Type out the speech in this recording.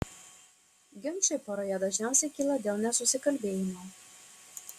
ginčai poroje dažniausiai kyla dėl nesusikalbėjimo